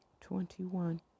Twenty-one